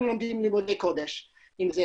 אנחנו לומדים לימודי קודש ואף אחד